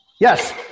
Yes